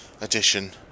Edition